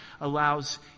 allows